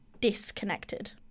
disconnected